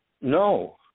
No